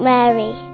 Mary